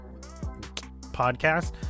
podcast